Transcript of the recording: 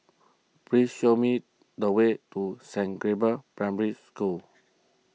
please show me the way to Saint Gabriel's Primary School